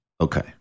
Okay